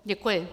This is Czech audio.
Děkuji.